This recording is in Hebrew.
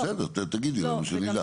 בסדר תגידי שנדע.